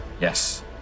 Yes